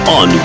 on